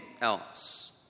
else